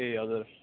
ए हजुर